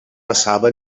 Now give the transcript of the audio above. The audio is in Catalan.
passava